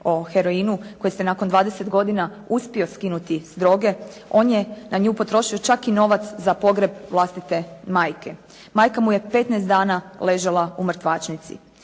o heroinu koji se nakon 20 godina uspio skinuti s droge on je na nju potrošio čak i novac za pogreb vlastite majke. Majka mu je 15 dana ležala u mrtvačnici.